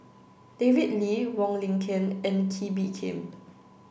David Lee Wong Lin Ken and Kee Bee Khim